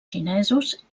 xinesos